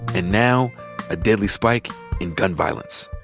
and now a deadly spike in gun violence.